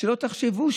שלא תחשבו.